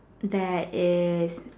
there is